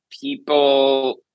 people